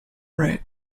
right